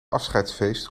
afscheidsfeest